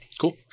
cool